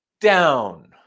down